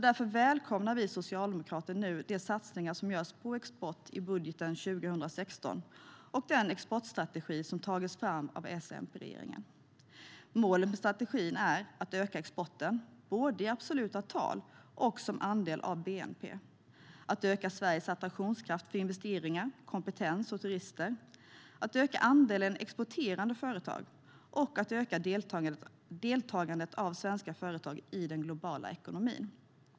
Därför välkomnar vi socialdemokrater nu de satsningar som görs på export i budgeten för 2016 och den exportstrategi som har tagits fram av S-MP-regeringen. Målet med strategin är att öka exporten, både i absoluta tal och som andel av bnp, att öka Sveriges attraktionskraft för investeringar, kompetens och turister, att öka andelen exporterande företag och att öka deltagandet av svenska företag i den globala ekonomin.